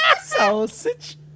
Sausage